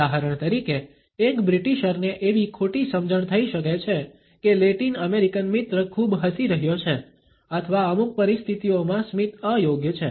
ઉદાહરણ તરીકે એક બ્રિટીશરને એવી ખોટી સમજણ થઈ શકે છે કે લેટિન અમેરિકન મિત્ર ખૂબ હસી રહ્યો છે અથવા અમુક પરિસ્થિતિઓમાં સ્મિત અયોગ્ય છે